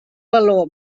baló